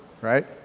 right